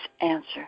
answer